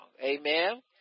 Amen